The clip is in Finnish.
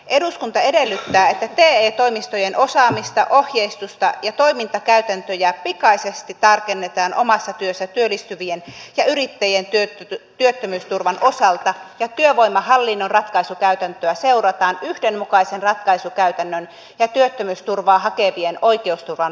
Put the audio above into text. eduskunta edellyttää että te toimistojen osaamista ohjeistusta ja toimintakäytäntöjä pikaisesti tarkennetaan omassa työssä työllistyvien ja yrittäjien työttömyysturvan osalta ja työvoimahallinnon ratkaisukäytäntöä seurataan yhdenmukaisen ratkaisukäytännön ja työttömyysturvaa hakevien oikeusturvan varmistamiseksi